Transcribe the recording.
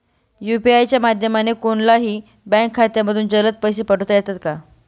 UPI च्या माध्यमाने कोणलाही बँक खात्यामधून जलद पैसे पाठवता येतात का?